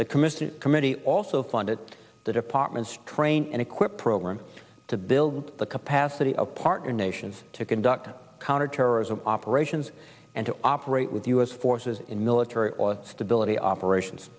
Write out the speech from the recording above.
the commission committee also funded the departments to train and equip program to build the capacity of partner nations to conduct counterterrorism operations and to operate with u s forces in military or stability operations